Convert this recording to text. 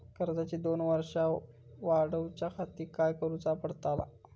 कर्जाची दोन वर्सा वाढवच्याखाती काय करुचा पडताला?